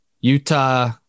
Utah